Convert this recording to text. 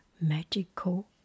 Magical